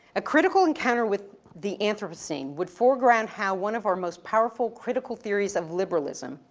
a critical encounter with the anthropocene would foreground how one of our most powerful critical theories of liberalism,